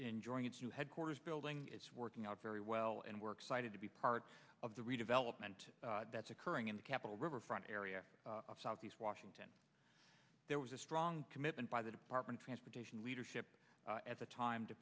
enjoying its you headquarters building it's working out very well and we're excited to be part of the redevelopment that's occurring in the capital riverfront area of southeast washington there was a strong commitment by the department of transportation leadership at the time to